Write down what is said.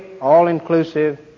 all-inclusive